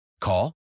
Call